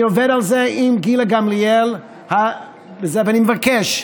אני עובד על זה עם גילה גמליאל, ואני מבקש,